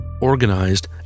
organized